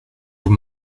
vous